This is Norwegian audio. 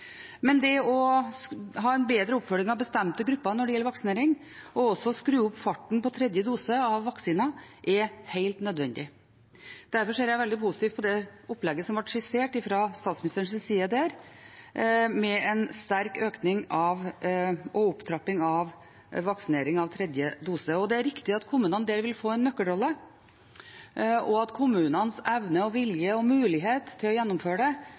Men det å ha en bedre oppfølging av bestemte grupper når det gjelder vaksinering, og også å skru opp farten på tredje dose av vaksinen, er helt nødvendig. Derfor ser jeg veldig positivt på det opplegget som ble skissert fra statsministerens side, med en sterk økning og opptrapping av vaksinering med tredje dose. Det er riktig at kommunene der vil få en nøkkelrolle, og at kommunenes evne, vilje og mulighet til å gjennomføre det